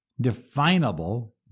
definable